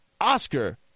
Oscar